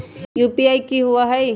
UPI कि होअ हई?